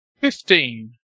Fifteen